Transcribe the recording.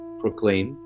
proclaim